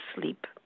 sleep